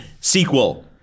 Sequel